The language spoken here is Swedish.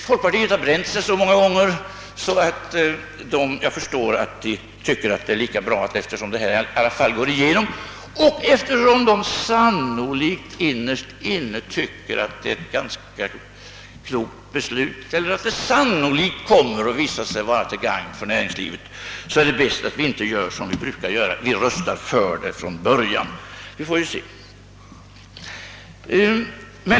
Folkpartiet har dock bränt sig så många gånger att jag förstår att man tycker det är lika bra att — eftersom man vet att förslaget i alla fall går igenom och eftersom man väl innerst inne anser att det är ett ganska klokt förslag eller att det sannolikt kommer att visa sig vara till gagn för näringslivet — inte göra som man brukar utan rösta för förslaget från början. Vi får ju se.